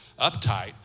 uptight